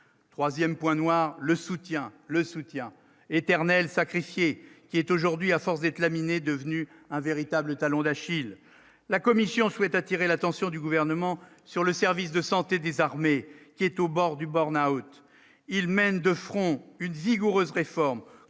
noir, le soutien, le soutien éternel sacrifié qui est, aujourd'hui, à force d'être laminés, devenu un véritable talon d'Achille, la commission souhaite attirer l'attention du gouvernement sur le service de santé des armées qui est au bord du haute il mène de front une vigoureuse réforme